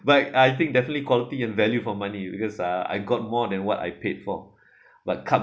but I think definitely quality and value for money because uh I got more than what I paid for but